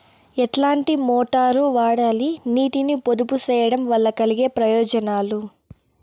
ఎట్లాంటి మోటారు వాడాలి, నీటిని పొదుపు సేయడం వల్ల కలిగే ప్రయోజనాలు?